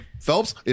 Phelps